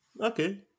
okay